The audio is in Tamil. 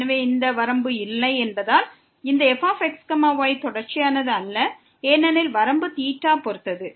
எனவே இந்த வரம்பு இல்லை என்பதால் இந்த fx y தொடர்ச்சியானது அல்ல ஏனெனில் வரம்பு θவை பொறுத்தது